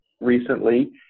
recently